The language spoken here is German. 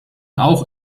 auch